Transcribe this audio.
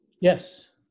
Yes